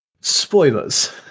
Spoilers